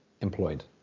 employed